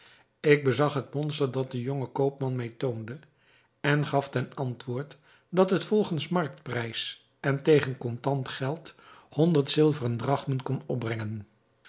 ik bezag het monster dat de jonge koopman mij toonde en gaf ten antwoord dat het volgens marktprijs en tegen kontant geld honderd zilveren drachmen kon opbrengen